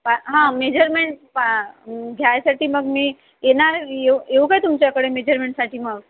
पा हा मेझरमेंट पा घ्यायसाठी मग मी येणार येऊ येऊ का तुमच्याकडे मेझरमेंटसाठी मग